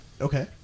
Okay